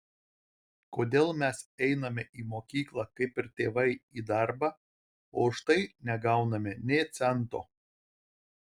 kodėl mes einame į mokyklą kaip ir tėvai į darbą o už tai negauname nė cento